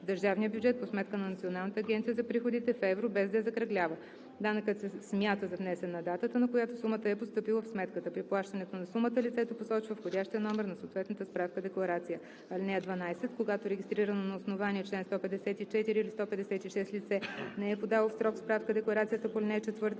държавния бюджет по сметка на Националната агенция за приходите, в евро, без да я закръглява. Данъкът се смята за внесен на датата, на която сумата е постъпила в сметката. При плащането на сумата лицето посочва входящия номер на съответната справка-декларация. (12) Когато регистрирано на основание чл. 154 или 156 лице не е подало в срок справка-декларацията по ал. 4